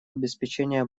обеспечения